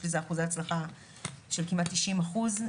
יש לזה אחוזי הצלחה של כמעט תשעים אחוז.